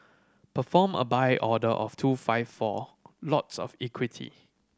perform a Buy order of two five four lots of equity